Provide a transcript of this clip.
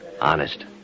Honest